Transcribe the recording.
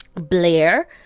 Blair